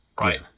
Right